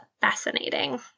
fascinating